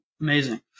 Amazing